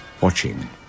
watching